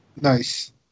nice